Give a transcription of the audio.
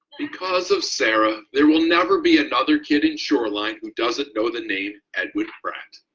because of sarah, there will never be another kid in shoreline who doesn't know the name edwin pratt.